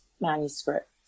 manuscript